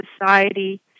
society